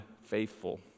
faithful